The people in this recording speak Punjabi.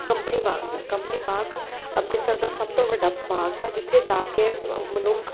ਕੰਪਨੀ ਬਾਗ ਦੀ ਕੰਪਨੀ ਬਾਗ ਅੰਮ੍ਰਿਤਸਰ ਦਾ ਸਭ ਤੋਂ ਵੱਡਾ ਬਾਗ ਹੈ ਜਿੱਥੇ ਜਾ ਕੇ ਮਨੁੱਖ